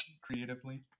creatively